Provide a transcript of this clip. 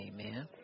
amen